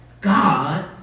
God